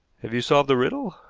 have you solved the riddle?